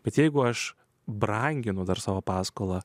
bet jeigu aš branginu dar savo paskolą